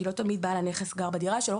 כי לא תמיד בעל הנכס גר בדירה שלו,